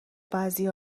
بعضی